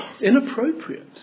Inappropriate